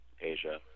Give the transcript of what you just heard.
Asia